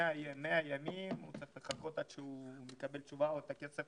100 ימים הוא צריך לחכות עד שהוא יקבל תשובה או את הכסף